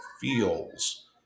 feels